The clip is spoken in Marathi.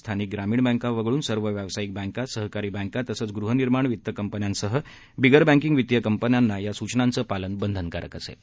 स्थानिक ग्रामीण बँका वगळून सर्व व्यावसायिक बँका सहकारी बँका तसंच गृहनिर्माण वित्त कंपन्यांसह बिगर बँकिंग वित्तीय कंपन्यांना या सूचनांचं पालन करणं बंधनकारक असेल